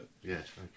Yes